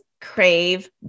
crave